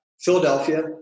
Philadelphia